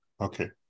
Okay